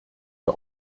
der